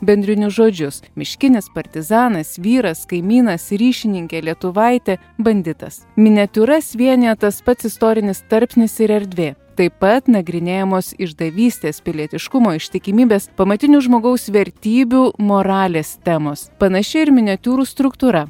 bendrinius žodžius miškinis partizanas vyras kaimynas ryšininkė lietuvaitė banditas miniatiūras vienija tas pats istorinis tarpsnis ir erdvė taip pat nagrinėjamos išdavystės pilietiškumo ištikimybės pamatinių žmogaus vertybių moralės temos panaši ir miniatiūrų struktūra